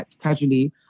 casually